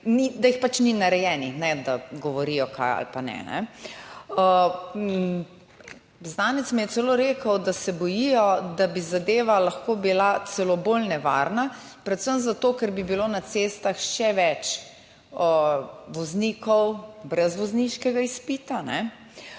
smeri pač ni narejenih, ne da govorijo kaj ali pa ne. Znanec mi je celo rekel, da se bojijo, da bi lahko bila zadeva celo bolj nevarna, predvsem zato, ker bi bilo na cestah še več voznikov brez vozniškega izpita,